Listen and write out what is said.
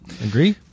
Agree